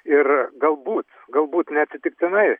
ir galbūt galbūt neatsitiktinai